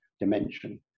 dimension